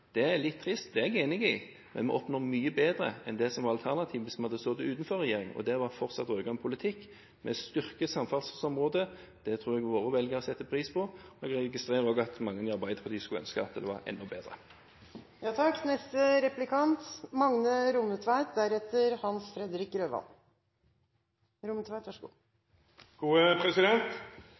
alene, er litt trist, det er jeg enig i, men vi oppnår mye mer enn det som hadde vært alternativet hvis vi hadde sittet utenfor regjering og det fortsatt var rød-grønn politikk. Vi styrker samferdselsområdet. Det tror jeg våre velgere setter pris på, og jeg registrerer også at mange i Arbeiderpartiet skulle ønske at det var enda bedre.